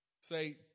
say